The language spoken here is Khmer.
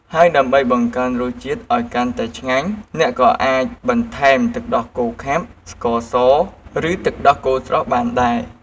ហើយដើម្បីបង្កើនរសជាតិឱ្យកាន់តែឆ្ងាញ់ អ្នកក៏អាចបន្ថែមទឹកដោះគោខាប់ ស្ករស ឬទឹកដោះគោស្រស់បានដែរ។